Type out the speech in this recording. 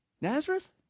Nazareth